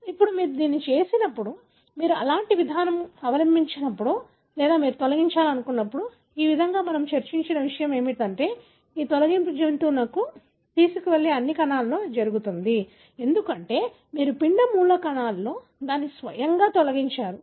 ఇప్పుడు మీరు దీన్ని చేసినప్పుడు మీరు అలాంటి విధానాన్ని చేసినప్పుడు మీరు తొలగించాలనుకున్నప్పుడు ఈ విధానంలో మనము చర్చించిన విషయం ఏమిటంటే ఈ తొలగింపు జంతువు తీసుకువెళ్లే అన్ని కణాలలో జరుగుతుంది ఎందుకంటే మీరు పిండ మూల కణంలో దాన్ని స్వయంగా తొలగించారు